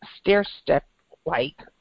stair-step-like